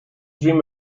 dream